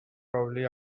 probably